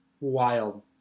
wild